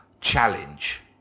challenge